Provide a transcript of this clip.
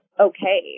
okay